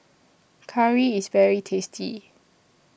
Curry IS very tasty